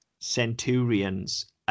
Centurion's